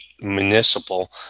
municipal